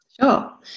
Sure